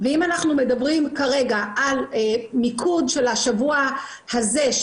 ואם אנחנו מדברים כרגע על מיקוד של השבוע הזה,